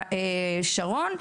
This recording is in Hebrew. שרון.